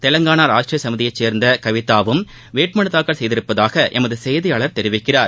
தெலங்காளா ராஷ்டிரிய சமிதையைச் சேர்ந்த கவிதாவும் வேட்பு மனுத்தாக்கல் செய்துள்ளதாக செய்தியாளர் தெரிவிக்கிறார்